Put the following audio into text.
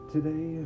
Today